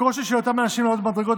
הקושי של אותם אנשים לעלות במדרגות